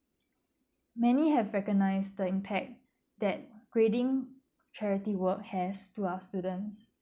many have recognised the impact that grading charity work has to our students